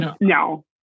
No